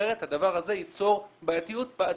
אחרת, הדבר הזה ייצור בעייתיות בעתיד,